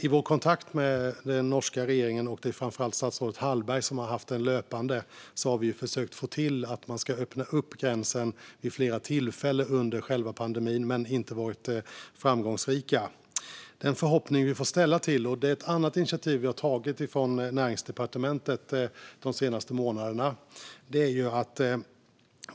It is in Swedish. I vår kontakt med den norska regeringen - det är framför allt statsrådet Hallberg som har haft den löpande kontakten - har vi försökt få till att man skulle öppna upp gränsen vid flera tillfällen under pandemin men inte varit framgångsrika. Det finns ett annat initiativ vi har tagit från Näringsdepartementet de senaste månaderna som vi får sätta vår förhoppning till.